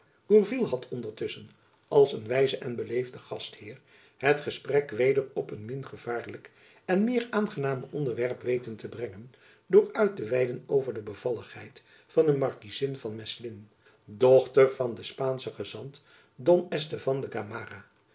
gourville had ondertusschen als een wijze en beleefde gastheer het gesprek weder op een min gevaarlijk en meer aangenaam onderwerp weten te brengen door uit te weiden over de bevalligheid van de markiezin van meslin dochter van den spaanschen gezant don estevan de gamarra